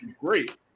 great